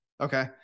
Okay